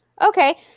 Okay